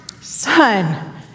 son